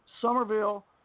Somerville